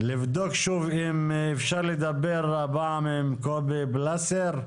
אם אפשר לדבר הפעם עם קובי פלקסר.